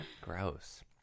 Gross